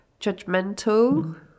judgmental